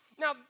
Now